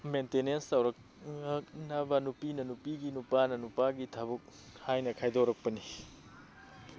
maintenance ꯇꯧꯔꯛ ꯅꯕ ꯅꯨꯄꯤꯅ ꯅꯨꯄꯤꯒꯤ ꯅꯨꯄꯥꯅ ꯅꯨꯄꯥꯒꯤ ꯊꯕꯛ ꯍꯥꯏꯅ ꯈꯥꯏꯗꯣꯔꯛꯄꯅꯤ